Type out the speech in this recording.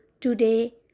Today